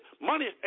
money